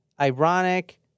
ironic